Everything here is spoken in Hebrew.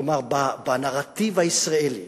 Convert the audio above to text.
כלומר, בנרטיב הישראלי